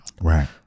Right